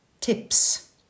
Tips